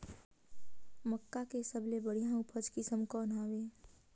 मक्का के सबले बढ़िया उपजाऊ किसम कौन हवय?